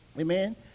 Amen